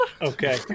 Okay